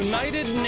United